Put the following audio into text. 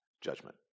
Judgment